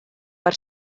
per